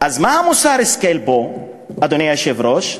מה מוסר ההשכל פה, אדוני היושב-ראש?